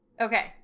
Okay